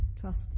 trust